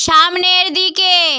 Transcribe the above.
সামনের দিকে